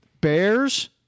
Bears